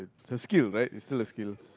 is a skill right is still a skill